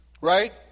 right